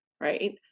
right